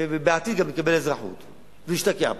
ובעתיד גם לקבל אזרחות ולהשתקע פה.